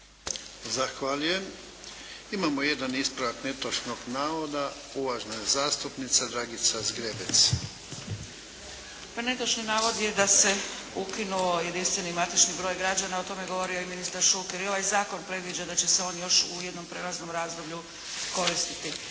Ivan (HDZ)** Imamo jedan ispravak netočnog navoda. Uvažena zastupnica Dragica Zgrebec. **Zgrebec, Dragica (SDP)** Pa netočni navod je da se ukinuo jedinstveni matični broj građana, o tome je govorio i ministar Šuker. I ovaj zakon predviđa da će se on još u jednom prijelaznom razdoblju koristiti.